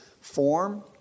form